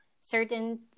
certain